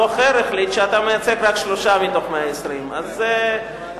הבוחר החליט שאתה מייצג רק שלושה מתוך 120. אז עדיין,